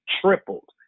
tripled